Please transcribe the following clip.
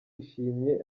yishimye